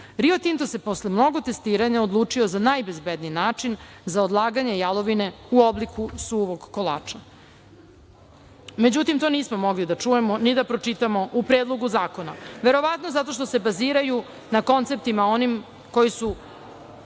Rio Tinto se posle mnogo testiranja odlučio za najbezbedniji način za odlaganje jalovine u obliku suvog kolača.Međutim, to nismo mogli da čujemo, ni da pročitamo u predlogu zakona, verovatno zato što se baziraju na konceptima onim koji su